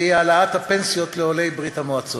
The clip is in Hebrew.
והיא העלאת הפנסיות לעולי ברית-המועצות.